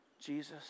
Jesus